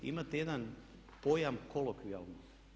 Imate jedan pojam kolokvijalni.